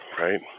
right